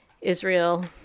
Israel